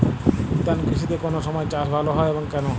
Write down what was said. উদ্যান কৃষিতে কোন সময় চাষ ভালো হয় এবং কেনো?